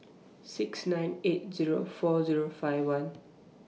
six nine eight Zero four Zero five one